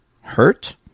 Hurt